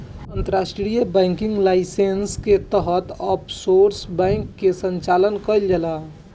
अंतर्राष्ट्रीय banking license के तहत ऑफशोर बैंक के संचालन कईल जाला